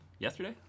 Yesterday